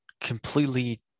completely